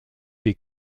des